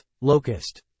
locust